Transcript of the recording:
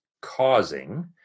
causing